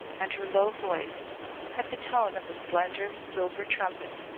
and her low voice had the tone of a slender silver trumpet.